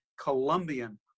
Colombian